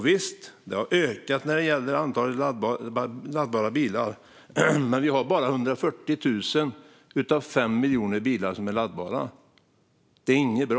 Visst har antalet laddbara bilar ökat, men vi har bara 140 000 laddbara bilar av 5 miljoner totalt. Det här är inte bra.